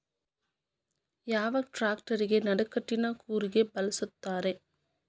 ಯಾವ ಟ್ರ್ಯಾಕ್ಟರಗೆ ನಡಕಟ್ಟಿನ ಕೂರಿಗೆ ಬಳಸುತ್ತಾರೆ?